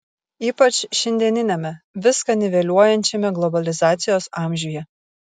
ypač šiandieniame viską niveliuojančiame globalizacijos amžiuje